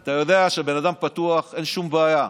אתה יודע שהוא בן אדם פתוח, אין שום בעיה.